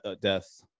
death